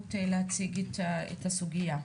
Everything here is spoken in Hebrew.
האפשרות להציג את הסוגיה.